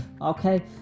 okay